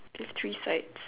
there's three sides